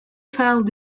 child